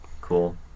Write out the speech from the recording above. Cool